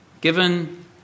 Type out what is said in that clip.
given